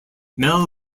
mel